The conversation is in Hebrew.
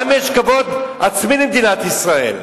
יש גם כבוד עצמי למדינת ישראל,